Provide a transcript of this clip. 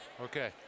Okay